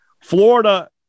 Florida